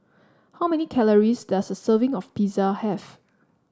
how many calories does a serving of Pizza have